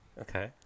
Okay